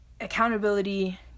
accountability